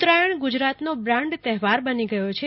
ઉત્તરાયજ્ઞ ગુજરાતનો બ્રાન્ડ તહેવાર બની ગયો છે